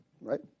Right